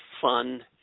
fun